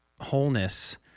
wholeness